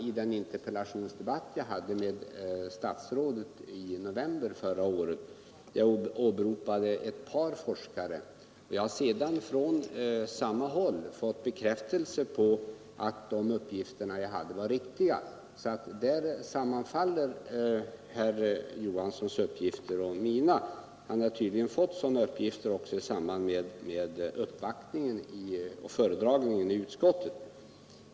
I en interpellationsdebatt med statsrådet i november förra året åberopade jag ett par forskare som är av samma mening. Jag har sedan fått bekräftelse på att de uppgifter jag då anförde var riktiga. Där sammanfaller herr Johanssons mening med min. Han har tydligen fått sådana uppgifter i samband med föredragningen i utskottet.